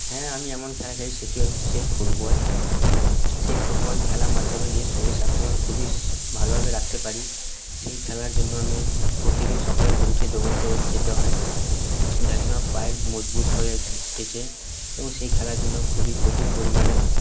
হ্যাঁ আমি এমন খেলা খেলি সেটি হচ্ছে ফুটবল সেই ফুটবল খেলার মাধ্যমে নিজের শরীর স্বাস্থ্যবান খুবই ভালোভাবে রাখতে পারি সেই খেলার জন্য আমি প্রতিদিন সকালে উঠে দৌড়াতে যেতে হয় যার জন্য পায়ের মজবুত হয়ে উঠেছে এবং সেই খেলার জন্য খুবই প্রচুর পরিমাণে